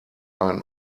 ein